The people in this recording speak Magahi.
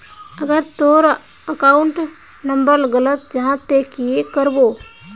अगर तोर अकाउंट नंबर गलत जाहा ते की करबो?